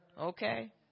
Okay